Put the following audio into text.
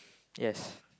yes